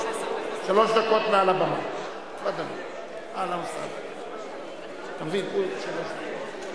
תודה רבה לראש האופוזיציה חברת הכנסת ציפי לבני.